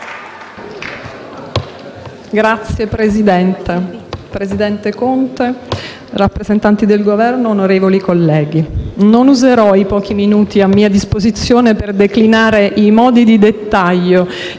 Signor Presidente, presidente Conte, rappresentanti del Governo, onorevoli colleghi, non userò i pochi minuti a mia disposizione per declinare i modi di dettaglio